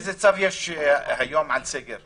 איזה צו יש היום על סגר?